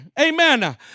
amen